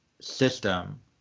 system